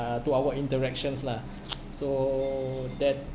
uh to our interactions lah so that